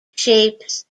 shapes